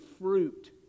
fruit